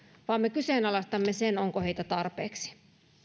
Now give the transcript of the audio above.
vaan me kyseenalaistamme sen onko heitä tarpeeksi